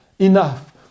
Enough